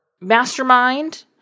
mastermind